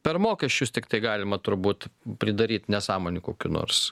per mokesčius tiktai galima turbūt pridaryt nesąmonių kokių nors